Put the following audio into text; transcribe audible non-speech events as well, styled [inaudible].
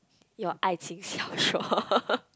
your 爱情小说 [laughs]